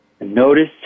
Notice